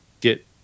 Get